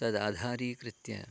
तम् आधारीकृत्य